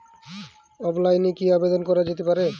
অফলাইনে কি আবেদন করা যেতে পারে?